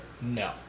No